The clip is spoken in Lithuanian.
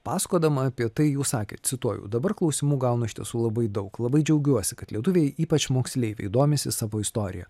pasakodama apie tai jūs sakėt cituoju dabar klausimų gaunu iš tiesų labai daug labai džiaugiuosi kad lietuviai ypač moksleiviai domisi savo istorija